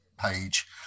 page